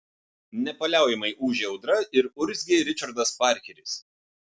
nepaliaujamai ūžė audra ir urzgė ričardas parkeris